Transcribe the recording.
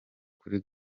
kuri